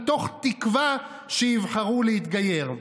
מתוך תקווה שיבחרו להתגייר.